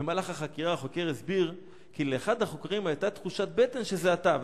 במהלך החקירה החוקר הסביר כי: "לאחד החוקרים היתה תחושת בטן שזה אתה,